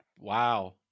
Wow